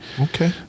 Okay